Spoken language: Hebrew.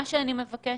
מה שאני מבקשת,